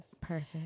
Perfect